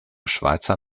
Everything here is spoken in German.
schweizer